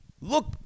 look